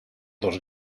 dos